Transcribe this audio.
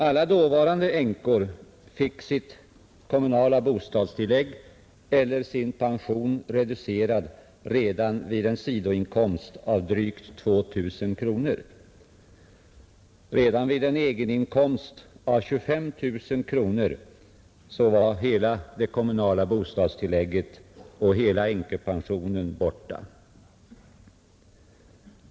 Alla dåvarande änkor fick sitt kommunala bostadstillägg eller sin pension reducerad redan vid en sidoinkomst av drygt 2 000 kronor. Redan vid en egeninkomst av 25 000 kronor var hela det kommunala bostadstillägget och pensionen borta.